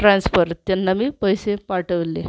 transfer त्यांना मी पैसे पाठवले